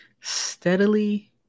Steadily